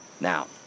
Now